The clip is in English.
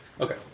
Okay